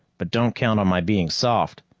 but don't count on my being soft.